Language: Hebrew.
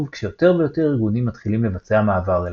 כשיותר ויותר ארגונים מתחילים לבצע מעבר אליה.